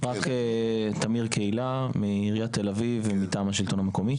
אני תמיר קהילה מעיריית תל אביב ומטעם השלטון המקומי.